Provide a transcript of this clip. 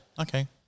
Okay